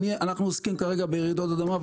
אנחנו עוסקים כרגע ברעידות אדמה,